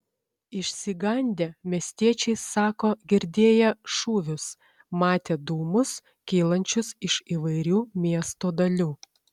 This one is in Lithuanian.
išsigandę miestiečiai sako girdėję šūvius matę dūmus kylančius iš įvairių miesto dalių